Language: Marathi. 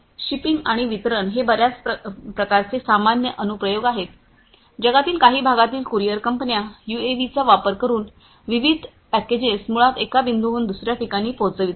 शिपिंग आणि वितरण हे बर्याच प्रकारचे सामान्य अनुप्रयोग आहे जगातील काही भागातील कुरिअर कंपन्या यूएव्हीचा वापर करून विविध पॅकेजेस मुळात एका बिंदूतून दुसर्या ठिकाणी पोहोचवितात